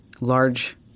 large